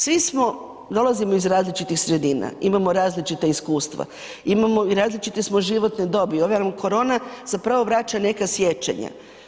Svi dolazimo iz različitih sredina i imamo različita iskustva i različite smo životne dobi, ova nam korona zapravo vraća neka sjećanja.